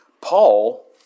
Paul